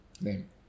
name